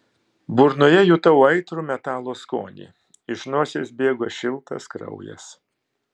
burnoje jutau aitrų metalo skonį iš nosies bėgo šiltas kraujas